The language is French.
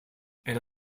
elle